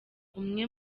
umwe